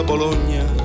Bologna